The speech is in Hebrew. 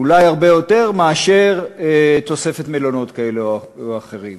אולי הרבה יותר מאשר, תוספת מלונות כאלה או אחרים.